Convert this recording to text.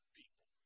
people